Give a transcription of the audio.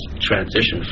transition